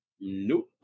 Nope